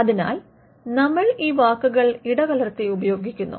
അതിനാൽ നമ്മൾ ഈ വാക്കുകൾ ഇടകലർത്തി ഉപയോഗിക്കുന്നു